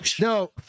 no